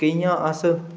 कि'यां अस